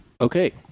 okay